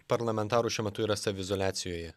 parlamentarų šiuo metu yra saviizoliacijoje